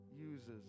uses